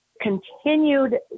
continued